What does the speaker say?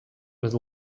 with